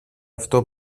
αυτό